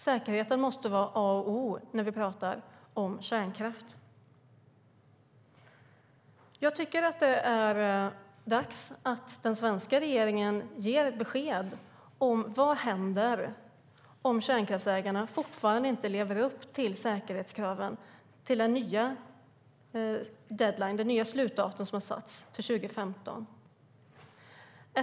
Säkerheten måste vara A och O när vi talar om kärnkraft. Jag tycker att det är dags att den svenska regeringen ger besked om vad som händer om kärnkraftsägarna fortfarande inte lever upp till säkerhetskraven på det nya slutdatum, den nya deadline, som har satts till 2015.